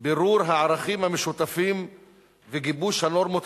בירור הערכים המשותפים וגיבוש הנורמות